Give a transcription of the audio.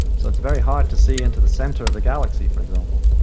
so it's very hard to see into the centre of the galaxy, for example.